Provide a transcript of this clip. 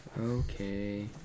Okay